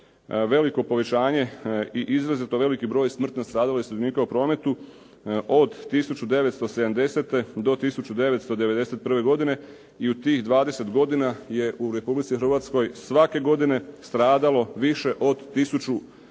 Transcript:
veliko povećanje i izrazito veliki broj smrtno stradalih sudionika u prometu od 1970.-te do 1991. godine. I u tih 20 godina je u Republici Hrvatskoj svake godine stradalo više od 1000